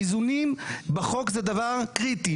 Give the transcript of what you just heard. איזונים בחוק זה דבר קריטי,